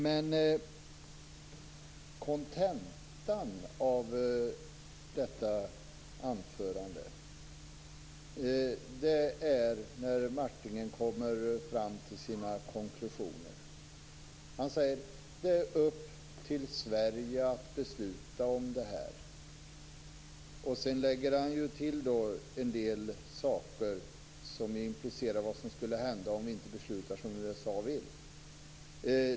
Men kontentan av detta anförande är när Martinger kommer fram till sina konklusioner. Han säger att det är upp till Sverige att besluta om det här. Sedan lägger han till en del saker som implicerar vad som skulle hända om vi inte beslutar som USA vill.